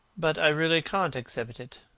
but i really can't exhibit it.